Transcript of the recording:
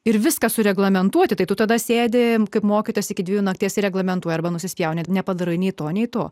ir viską sureglamentuoti tai tu tada sėdi kaip mokytojas iki dviejų nakties reglamentų arba nusispjaunant nepadaro nei to nei to